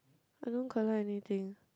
I don't collect anything